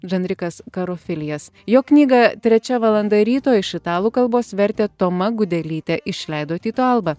žanrikas karofilijas jo knygą trečia valanda ryto iš italų kalbos vertė toma gudelytė išleido tyto alba